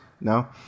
no